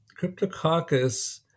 Cryptococcus